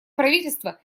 правительство